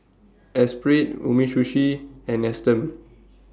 Espirit Umisushi and Nestum